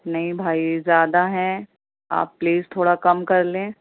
نہیں بھائی زیادہ ہیں آپ پلیز تھوڑا کم کر لیں